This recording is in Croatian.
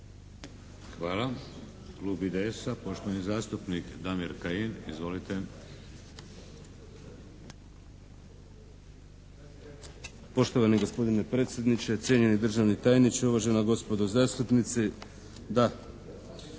Hvala. Klub IDS-a, poštovani zastupnik Damir Kajin. Izvolite. **Kajin, Damir (IDS)** Poštovani gospodine predsjedniče, cijenjeni državni tajniče, uvažena gospodo zastupnici. Da,